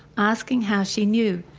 asking how she knew,